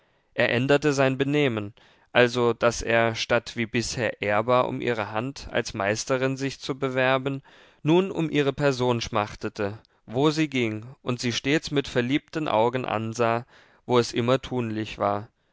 er änderte sein benehmen also daß er statt wie bisher ehrbar um ihre hand als meisterin sich zu bewerben nun um ihre person schmachtete wo sie ging und sie stets mit verliebten augen ansah wo es immer tunlich war